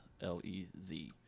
L-E-Z